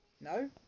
No